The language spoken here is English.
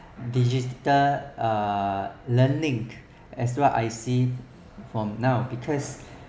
digital uh learning as what I see from now because